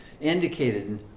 indicated